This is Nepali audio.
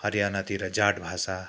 हरियाणातिर जाट भाषा